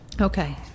Okay